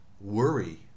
worry